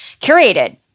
curated